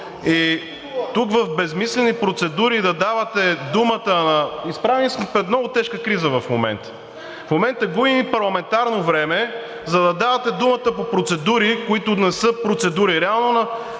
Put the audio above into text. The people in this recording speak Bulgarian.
Тук в безсмислени процедури да давате думата на… Изправени сме пред много тежка криза в момента. В момента губим парламентарно време, за да давате думата по процедури, които реално не са процедури, на